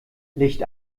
licht